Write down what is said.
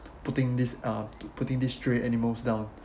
putting this uh putting these stray animals down